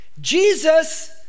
Jesus